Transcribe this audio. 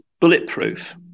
bulletproof